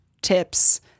tips